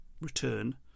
return